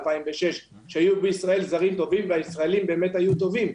2006 כשהיו בישראל זרים טובים והישראלים באמת היו טובים.